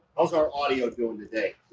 how's our audio doing today?